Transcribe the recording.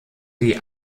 die